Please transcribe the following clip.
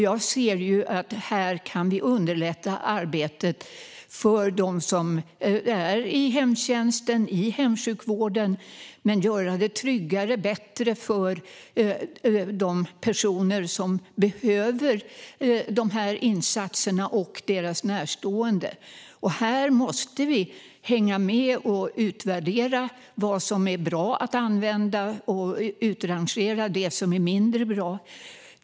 Jag anser att vi här kan underlätta arbetet för dem som arbetar i hemtjänsten och i hemsjukvården samt göra det tryggare och bättre för de personer som behöver insatserna och deras närstående. Här måste vi hänga med och utvärdera vad som är bra och utrangera det som är mindre bra.